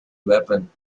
weapon